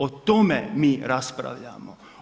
O tome mi raspravljamo.